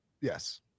Yes